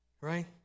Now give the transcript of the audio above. Right